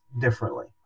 differently